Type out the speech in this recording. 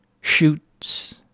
shoots